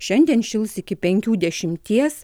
šiandien šils iki penkių dešimties